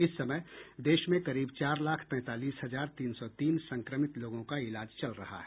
इस समय देश में करीब चार लाख तैंतालीस हजार तीन सौ तीन संक्रमित लोगों का इलाज चल रहा है